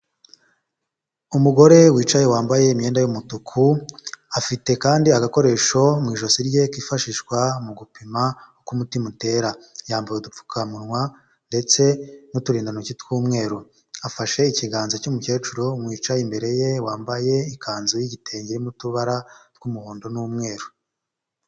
Umugore wicaye wambaye imyenda y'umutuku, afite kandi agakoresho mu ijosi rye kifashishwa mu gupima uko umutima utera, yambaye udupfukamunwa ndetse n'uturindantoki tw'umweru, afashe ikiganza cy'umukecuru wicaye imbere ye wambaye ikanzu y'igitenge irimo utubara tw'umuhondo n'umweru.